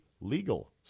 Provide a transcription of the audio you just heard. legal